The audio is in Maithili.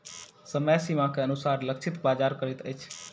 समय सीमा के अनुसार लक्षित बाजार करैत अछि